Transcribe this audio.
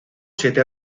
siete